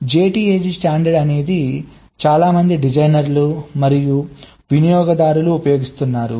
JTAG standard అనేది చాలా మంది డిజైనర్లు మరియు వినియోగదారులు ఉపయోగిస్తున్నారు